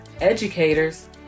educators